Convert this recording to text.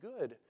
good